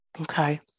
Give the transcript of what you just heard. Okay